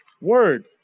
word